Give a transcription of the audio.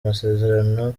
masezerano